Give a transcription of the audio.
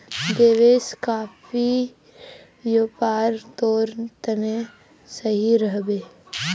देवेश, कॉफीर व्यापार तोर तने सही रह बे